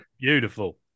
Beautiful